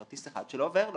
כרטיס אחד שלא עובר לו.